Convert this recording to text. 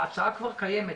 ההצעה כבר קיימת.